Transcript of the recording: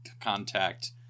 contact